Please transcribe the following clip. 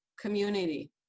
community